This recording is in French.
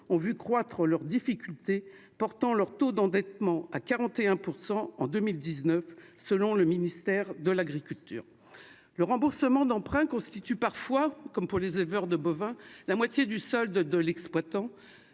ainsi vu croître leurs difficultés, leur taux d'endettement atteignant 41 % en 2019, selon le ministère de l'agriculture. Le remboursement d'emprunts représente parfois, comme pour les éleveurs de bovins, la moitié du solde de l'exploitant,